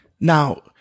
Now